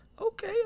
okay